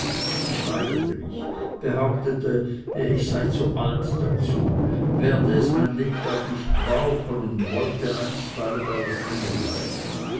ich weigerte mich behauptete ich sei zu alt dazu werde es mein lebtag nicht brauchen und wolle bei der klinge bleiben